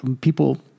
People